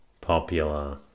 popular